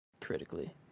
critically